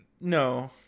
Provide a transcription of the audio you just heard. no